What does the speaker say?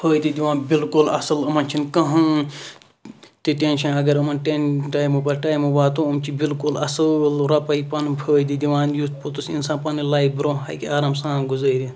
فٲیدٕ دِوان بِلکُل اَصل یِمَن چھُنہٕ کہۭنۍ تہِ ٹینشَن اَگَر یِمَن ٹایمہٕ پَتہٕ ٹایمہٕ واتو یِم چھِ بِلکُل اَصۭل رۄپَے پَنُنۍ فٲیدٕ دِوان یُس پوٚتُس اِنسان پَنٕنۍ لایِف برونٛہہ ہیٚکہِ آرام سان گُزٲرِتھ